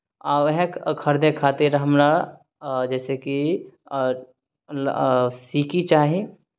आ उएह खरिदय खातिर हमरा जइसे कि सीकी चाही